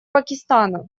пакистана